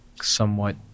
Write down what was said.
somewhat